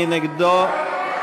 מי נגדו?